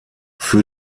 für